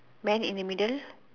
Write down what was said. man in the middle